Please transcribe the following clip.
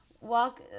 walk